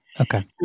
Okay